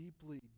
deeply